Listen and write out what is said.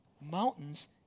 Mountains